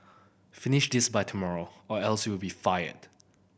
finish this by tomorrow or else you'll be fired